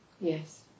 Yes